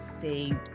saved